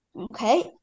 Okay